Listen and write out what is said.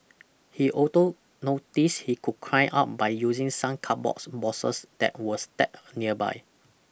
he also noticed he could climb up by using some cardboard boxes that were stacked nearby